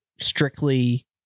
strictly